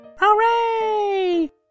Hooray